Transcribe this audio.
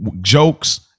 jokes